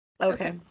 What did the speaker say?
Okay